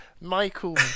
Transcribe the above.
Michael